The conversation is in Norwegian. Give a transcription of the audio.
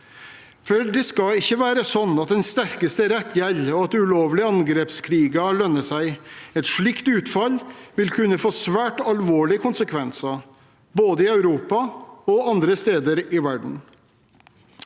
Det skal ikke være sånn at den sterkestes rett gjelder, og at ulovlige angrepskriger lønner seg. Et slikt utfall vil kunne få svært alvorlige konsekvenser både i Europa og andre steder i verden.